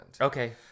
Okay